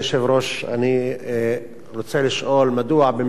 אני רוצה לשאול מדוע במקרים כאלה,